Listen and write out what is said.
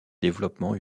développement